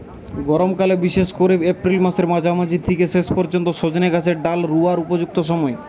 গরমকাল বিশেষ কোরে এপ্রিল মাসের মাঝামাঝি থিকে শেষ পর্যন্ত সজনে গাছের ডাল রুয়ার উপযুক্ত সময়